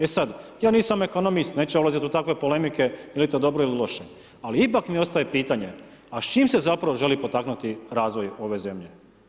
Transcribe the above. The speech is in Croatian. E sad ja nisam ekonomist neću ja ulazit u takve polemike je li to dobro ili loše, ali ipak mi ostaje pitanje, a s čim se zapravo želi potaknuti razvoj ove zemlje?